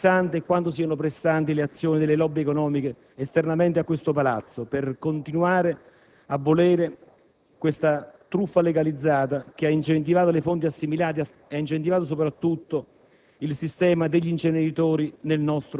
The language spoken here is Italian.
ha dimostrato quanto siano pesanti e pressanti le azioni delle *lobby* economiche esternamente a questo Palazzo nel continuare a volere questa truffa legalizzata che ha incentivato le fonti assimilate e, soprattutto,